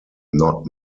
not